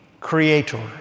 creator